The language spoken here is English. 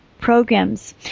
programs